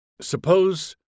suppose